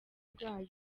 bwayo